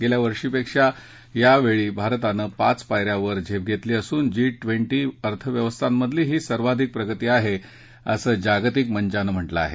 गेल्या वर्षपिक्षा यावेळी भारतानं पाच पायऱ्या वर झेप घेतली असून जी ट्वेंटी अर्थव्यस्थांमधली ही सर्वाधिक प्रगती आहे असं जागतिक मंचानं म्हटलं आहे